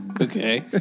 Okay